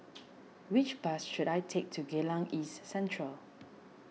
which bus should I take to Geylang East Central